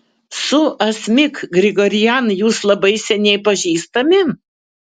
su asmik grigorian jūs labai seniai pažįstami